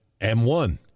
M1